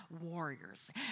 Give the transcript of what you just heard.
warriors